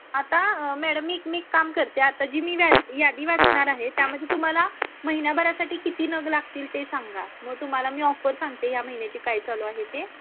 आता मॅडम मी एक मी एक काम करते आता जी मी व्याद यादी वाचणार आहे त्यामध्ये तुम्हाला महिन्याभरासाठी किती नग लागतील ते सांगा मग तुम्हाला मी ऑफर सांगते या महिन्याची काय चालू आहे ते